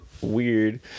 weird